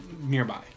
nearby